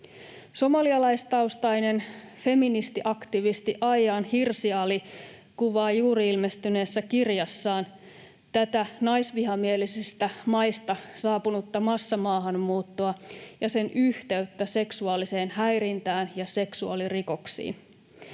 Somalialaistaustainen feministiaktivisti Ayaan Hirsi Ali kuvaa juuri ilmestyneessä kirjassaan tätä naisvihamielisistä maista saapunutta massamaahanmuuttoa ja sen yhteyttä seksuaaliseen häirintään ja seksuaalirikoksiin.